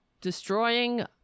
Destroying